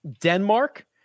Denmark